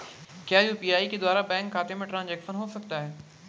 क्या यू.पी.आई के द्वारा बैंक खाते में ट्रैन्ज़ैक्शन हो सकता है?